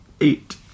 Eight